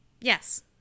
Yes